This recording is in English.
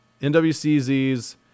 NWCZs